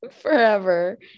forever